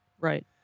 Right